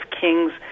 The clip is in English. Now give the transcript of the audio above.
kings